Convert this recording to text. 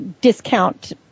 discount